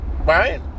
right